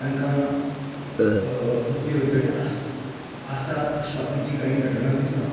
तांकां कसली अडचणी आस आसात अशी कांय बाकिचे घटकांक दिसना